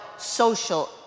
social